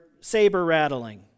saber-rattling